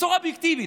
בצורה אובייקטיבית,